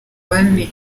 bane